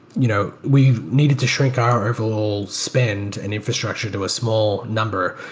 you know we needed to shrink our overall spend and infrastructure to a small number,